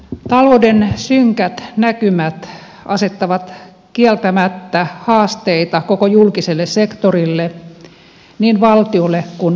talouden synkät näkymät asettavat kieltämättä haasteita koko julkiselle sektorille niin valtiolle kuin kunnillekin